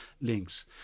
links